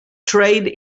trade